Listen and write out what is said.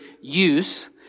use